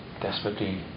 desperately